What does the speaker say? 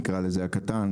נקרא לזה הקטן,